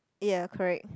ya correct